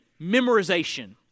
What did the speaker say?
memorization